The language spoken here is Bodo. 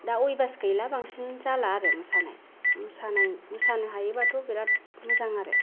दा अयबास गैला बांसिन जाला आरो मोसानाय मोसानाय मोसानो हायोबाथ' बिराद मोजां आरो